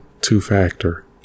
two-factor